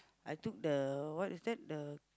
I took the what is that the